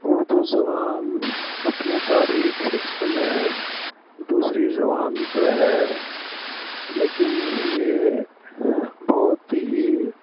اردو زوان اپنے تاریخ میں دوسری زبان تو ہے لیکن یہ بہت ہی